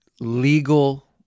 legal